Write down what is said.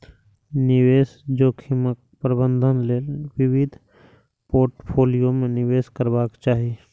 निवेश जोखिमक प्रबंधन लेल विविध पोर्टफोलियो मे निवेश करबाक चाही